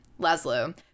Laszlo